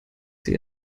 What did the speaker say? sie